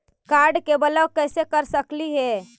Card के block कैसे कर सकली हे?